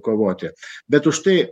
kovoti bet už tai